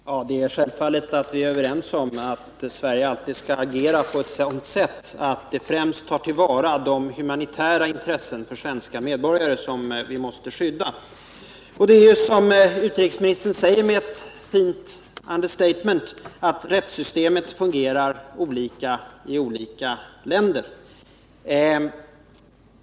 Herr talman! Det är självklart att vi är överens om att Sverige alltid skall agera på ett sådant sätt att man främst tar till vara de humanitära intressena för svenska medborgare som vi måste skydda. Det är som utrikesministern med ett fint understatement säger, att rättssystemen fungerar olika i olika länder.